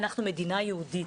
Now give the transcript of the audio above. אנחנו מדינה יהודית.